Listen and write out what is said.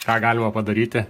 ką galima padaryti